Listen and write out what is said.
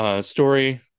Story